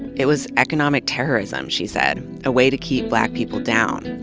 it was economic terrorism, she said, a way to keep black people down.